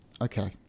Okay